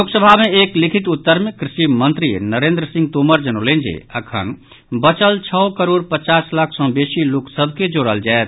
लोकसभा मे एक लिखित उत्तर मे कृषि मंत्री नरेन्द्र सिंह तोमर जनौलनि जे अखन बचल छओ करोड़ पचास लाख सॅ बेसी लोक सभ के जोड़ल जायत